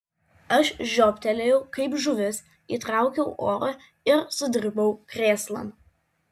aš žioptelėjau kaip žuvis įtraukiau oro ir sudribau krėslan